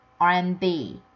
RMB